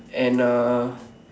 and uh